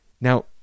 Now